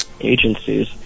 agencies